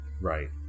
Right